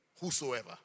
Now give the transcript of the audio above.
Whosoever